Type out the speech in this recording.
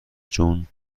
جون